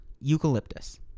eucalyptus